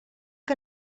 que